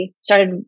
started